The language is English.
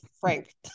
Frank